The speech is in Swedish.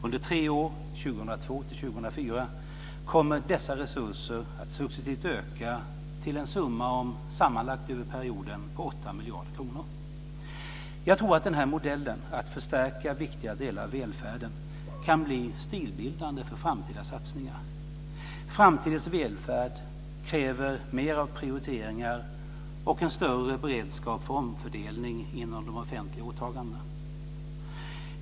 Under tre år, 2002-2004, kommer dessa resurser att successivt öka till en summa, sammanlagt över perioden, på 8 Jag tror att den här modellen för att förstärka viktiga delar av välfärden kan bli stilbildande för framtida satsningar. Framtidens välfärd kräver mer av prioriteringar och en större beredskap för omfördelning inom de offentliga åtagandena.